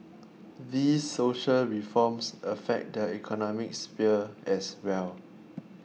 these social reforms affect the economic sphere as well